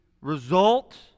result